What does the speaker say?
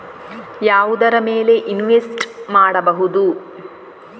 ಯಾವುದರ ಮೇಲೆ ಇನ್ವೆಸ್ಟ್ ಮಾಡಬಹುದು?